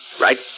right